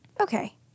Okay